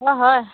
হয় হয়